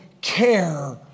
care